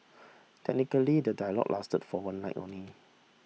technically the dialogue lasted for one night only